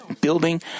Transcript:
building